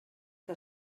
que